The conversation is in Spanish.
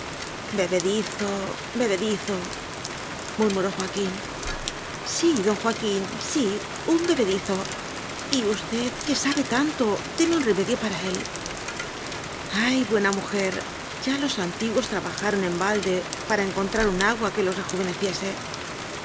bebedizo murmuró joa quín sí don joaquín sí un bebedizo y us ted que sabe tanto demé un remedio para él ay buena mujer ya los antiguos tra bajaron en balde para encontrar un agua que los rejuveneciese